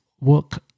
work